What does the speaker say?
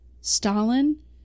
Stalin